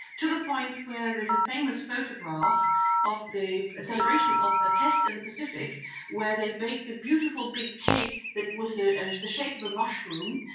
to the point where there is a famous photograph of the celebration of a test in the pacific where they baked a beautiful big cake that was the and the shape of a mushroom,